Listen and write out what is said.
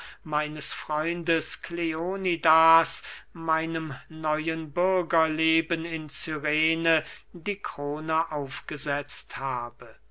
meines freundes kleonidas meinem neuen bürgerleben in cyrene die krone aufgesetzt habe